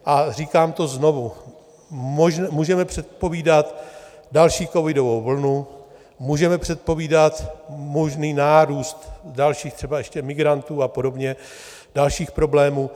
A říkám to znovu, můžeme předpovídat další covidovou vlnu, můžeme předpovídat možný nárůst třeba ještě migrantů a podobně, dalších problémů.